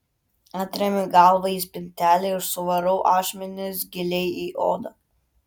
atremiu galvą į spintelę ir suvarau ašmenis giliai į odą